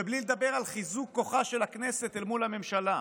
ובלי לדבר על חיזוק כוחה של הכנסת אל מול הממשלה.